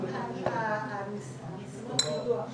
בחקיקה שנוגעת להתחדשות עירונית קבענו